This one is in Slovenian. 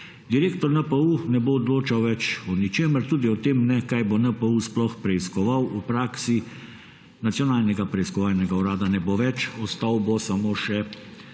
Direktor NPU ne bo odločal več o ničemer, tudi o tem ne, kaj bo NPU sploh preiskoval. V praksi Nacionalnega preiskovalnega urada ne bo več, ostal bo samo še